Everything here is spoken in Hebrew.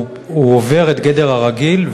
עובר את גדר הרגיל,